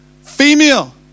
female